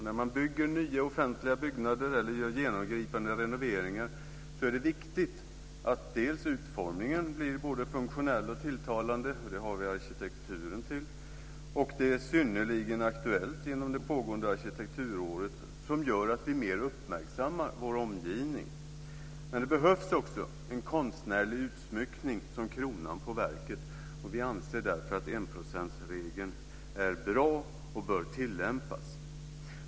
När man bygger nya offentliga byggnader eller gör genomgripande renoveringar är det viktigt å ena sidan att utformningen blir både funktionell och tilltalande, och det har vi arkitekturen till. Det är synnerligen aktuellt genom det pågående arkitekturåret, som gör att vi mer uppmärksammar vår omgivning. Å andra sidan behövs också en konstnärlig utsmyckning som kronan på verket, och vi anser därför att enprocentsregeln är bra och bör tillämpas.